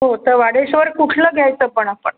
हो तर वाडेश्वर कुठलं घ्यायचं पण आपण